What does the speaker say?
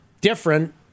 Different